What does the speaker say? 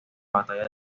batalla